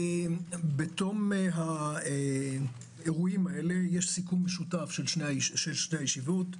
בתום האירועים האלה יש סיכום משותף של שתי הישיבות.